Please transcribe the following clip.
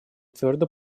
твердо